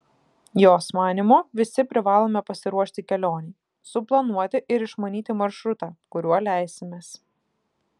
jos manymu visi privalome pasiruošti kelionei suplanuoti ir išmanyti maršrutą kuriuo leisimės